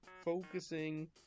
focusing